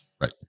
Right